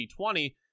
C20